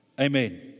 Amen